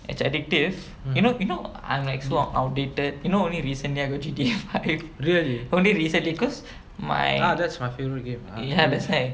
it's addictive you know you know I'm like so outdated you know only recently I got G_T five only recently because my ya that's why